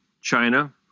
China